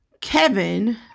Kevin